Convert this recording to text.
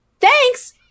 Thanks